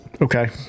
Okay